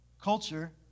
culture